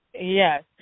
Yes